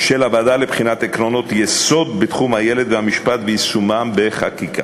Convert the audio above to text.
של הוועדה לבחינת עקרונות יסוד בתחום הילד והמשפט ויישומם בחקיקה.